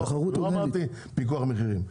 לא אמרתי פיקוח על מחירים.